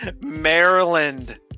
Maryland